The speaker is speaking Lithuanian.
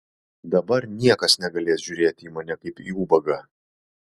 dabar niekas negalės žiūrėti į mane kaip į ubagą